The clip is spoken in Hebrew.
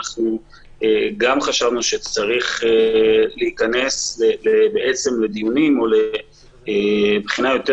אנחנו גם חשבנו שצריך להיכנס לדיונים או לבחינה יותר